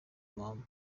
mama